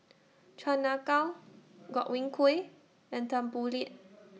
Chan Ah Kow Godwin Koay and Tan Boo Liat